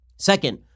Second